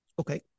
Okay